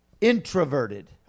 introverted